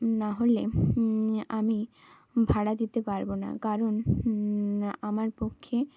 নাহলে আমি ভাড়া দিতে পারবো না কারণ আমার পক্ষে